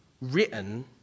written